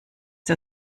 der